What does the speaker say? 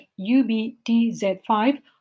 UBTZ5